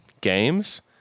games